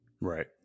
Right